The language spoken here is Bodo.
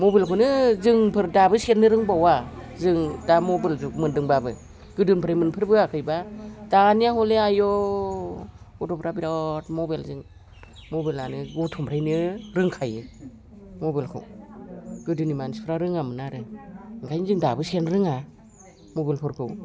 मबाइलखौनो जोंफोर दाबो सेरनो रोंबावा जों दा मबाइल जुग मोनदोंब्लाबो गोदोनिफ्राय मोनफेरबोआखैबा दानिया हयले आयु गथ'फ्रा बिराद मबाइलजों मबाइलानो गथ'निफ्रायनो रोंखायो गथ'निफ्रायनो रोंखायो मबाइलखौ गोदोनि मानसिफ्रा रोङामोन आरो ओंखायनो जों दाबो सेरनो रोङा मबाइलफोरखौ